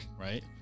right